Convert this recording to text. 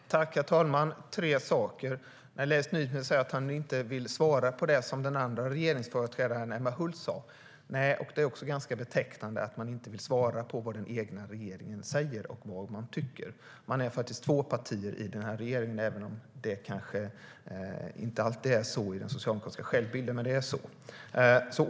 Herr talman! Jag ska ta upp tre saker. Leif Nysmed säger att han inte vill svara på det som den andra regeringsföreträdaren, Emma Hult, sa. Nej, och det är ganska betecknande att man inte vill svara på vad kollegerna i den egna regeringen säger och vad de tycker. Man är två partier i den här regeringen. Även om det kanske inte alltid är så enligt den socialdemokratiska självbilden är det faktiskt så.